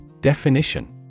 Definition